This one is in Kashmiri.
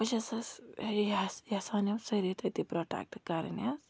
بہٕ چھَسَس یہِ یَژھان یِم سٲری تٔتی پرٛوٹیٚکٹ کَرٕنۍ حظ